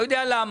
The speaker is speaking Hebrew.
לא יודע למה,